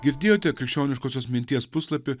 girdėjote krikščioniškosios minties puslapį